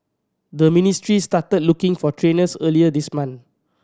the ministry started looking for trainers earlier this month